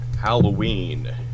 Halloween